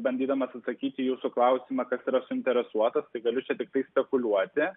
bandydamas atsakyti į jūsų klausimą kas yra suinteresuotas tai galiu čia tiktai spekuliuoti